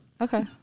Okay